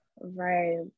right